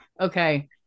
okay